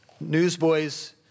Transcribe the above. Newsboys